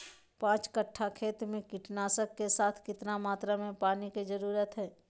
पांच कट्ठा खेत में कीटनाशक के साथ कितना मात्रा में पानी के जरूरत है?